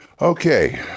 Okay